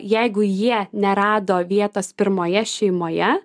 jeigu jie nerado vietos pirmoje šeimoje